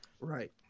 right